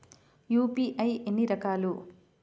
UPI ఎన్ని రకాలు?